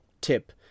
Tip